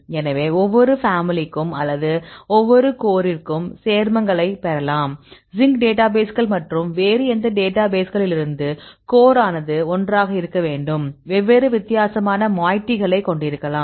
எனவே ஒவ்வொரு ஃபேமிலிக்கும் அல்லது ஒவ்வொரு கோரிருக்கும் சேர்மங்களைப் பெறலாம் சிங்க் டேட்டாபேஸ்கள் மற்றும் வேறு எந்த டேட்டாபேஸ்களிலிருந்து கோர் ஆனது ஒன்றாக இருக்க வேண்டும் வெவ்வேறு வித்தியாசமான மாய்டிகளை கொண்டிருக்கலாம்